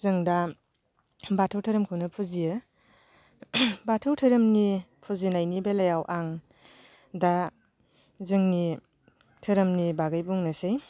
जों दा बाथौ धोरोमखौनो फुजियो बाथौ धोरोमनि फुजिनायनि बेलायाव आं दा जोंनि धोरोमनि बागै बुंनोसै